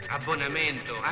Abbonamento